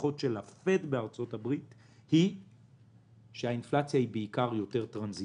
לפחות של ה-Fed בארצות-הברית שהאינפלציה היא בעיקר יותר טנזיטורית.